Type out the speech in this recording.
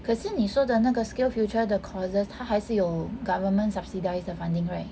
可是你说的那个 skillsfuture the courses 它还是有 government subsidize 的 the funding right